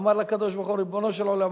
אמר לקדוש-ברוך-הוא: ריבונו של עולם,